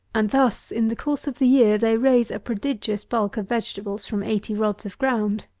and thus, in the course of the year, they raise a prodigious bulk of vegetables from eighty rods of ground.